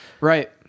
right